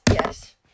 yes